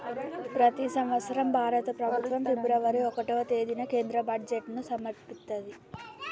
ప్రతి సంవత్సరం భారత ప్రభుత్వం ఫిబ్రవరి ఒకటవ తేదీన కేంద్ర బడ్జెట్ను సమర్పిత్తది